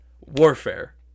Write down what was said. warfare